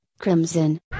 crimson